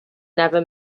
never